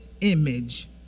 image